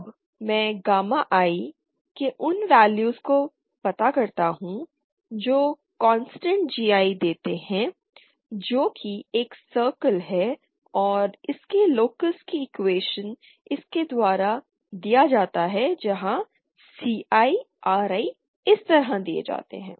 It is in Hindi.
अब मैं गामा I के उन वेल्यूस का पता लगाता हूं जो कांस्टेंट GI देते हैं जो कि एक सर्कल है और इसके लोकस की इक्कुएशन इसके द्वारा दी जाती है जहां Ci Ri इस तरह दिए जाते हैं